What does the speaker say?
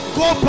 go